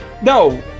No